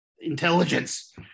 intelligence